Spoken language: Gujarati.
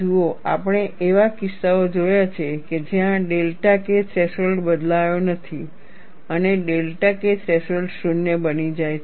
જુઓ આપણે એવા કિસ્સાઓ જોયા છે કે જ્યાં ડેલ્ટા k થ્રેશોલ્ડ બદલાયો નથી અથવા ડેલ્ટા K થ્રેશોલ્ડ 0 બની જાય છે